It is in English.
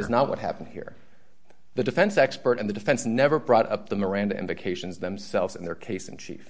is not what happened here the defense expert and the defense never brought up the miranda indications themselves in their case in chief